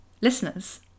Listeners